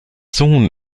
sohn